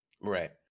right